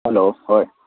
hello ꯍꯣꯏ